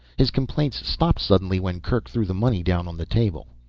his complaints stopped suddenly when kerk threw the money down on the table.